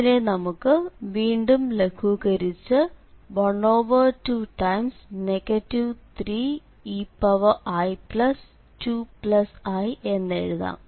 ഇതിനെ നമുക്ക് വീണ്ടും ലഘൂകരിച്ച് 12 3ei2i എന്നെഴുതാം